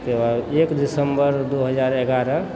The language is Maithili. एक दिसम्बर दू हजार एगारह